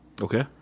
Okay